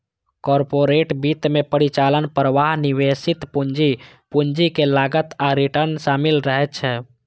corporate वित्त मे परिचालन प्रवाह, निवेशित पूंजी, पूंजीक लागत आ रिटर्न शामिल रहै छै